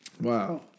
Wow